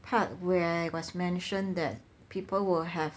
part where it was mentioned that people will have